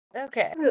okay